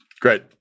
Great